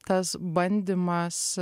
tas bandymas